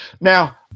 Now